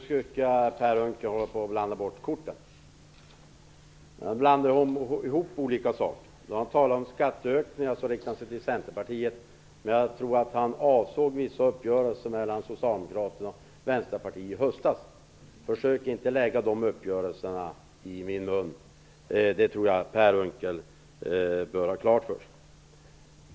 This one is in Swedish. Fru talman! Nu tycker jag att Per Unckel håller på att blanda ihop korten. När han talade om skatteökningar riktade han sig till Centerpartiet, men jag tror att han avsåg vissa uppgörelser mellan Socialdemokraterna och Vänsterpartiet i höstas. Försök inte att lägga dessa uppgörelser på oss! Det bör Per Unckel ha klart för sig.